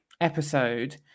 episode